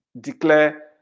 declare